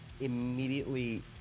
immediately